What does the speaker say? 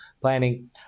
planning